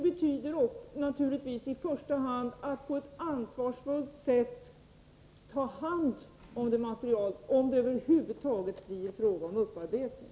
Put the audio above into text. Med hantering avses i första hand att materialet i fråga tas om hand på ett ansvarsfullt sätt — om det över huvud taget blir fråga om en upparbetning.